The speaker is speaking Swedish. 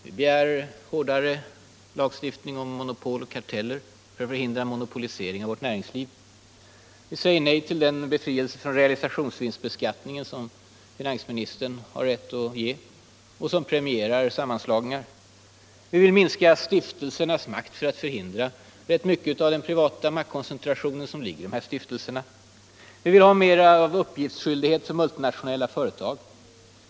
Vi begär hårdare lagstiftning mot monopol och karteller för att förhindra monopolisering av vårt näringsliv. Vi säger nej till den befrielse från realisationsvinstbeskattning som finansministern har rätt att ge och som premierar sammanslagningar. Vi vill minska stiftelsernas makt för att förhindra rätt mycket av den privata maktkoncentration som ligger i dessa stiftelser. Vi vill ha mer av uppgiftsskyldighet för multinationella företag.